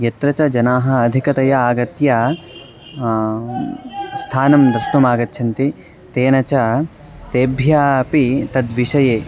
यत्र च जनाः अधिकतया आगत्य स्थानं द्रष्टुम् आगच्छन्ति तेन च तेभ्यः अपि तद्विषये